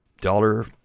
dollar